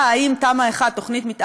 קודם כול, התקציב נמצא